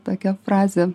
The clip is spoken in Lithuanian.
tokią frazę